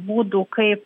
būdų kaip